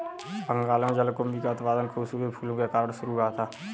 बंगाल में जलकुंभी का उत्पादन खूबसूरत फूलों के कारण शुरू हुआ था